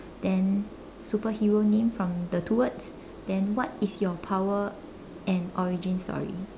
then superhero name from the two words then what is your power and origin story